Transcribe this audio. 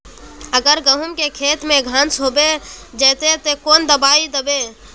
अगर गहुम के खेत में घांस होबे जयते ते कौन दबाई दबे?